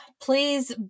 Please